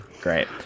Great